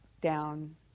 Down